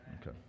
Okay